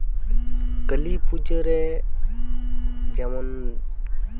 ᱠᱟᱹᱞᱤ ᱯᱩᱡᱟᱹᱨᱮ ᱡᱮᱢᱚᱱ